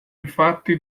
infatti